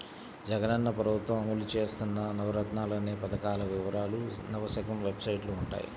జగనన్న ప్రభుత్వం అమలు చేత్తన్న నవరత్నాలనే పథకాల వివరాలు నవశకం వెబ్సైట్లో వుంటయ్యి